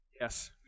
Yes